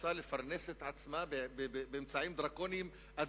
שרוצה לפרנס את עצמה באמצעים דרקוניים אדמיניסטרטיביים.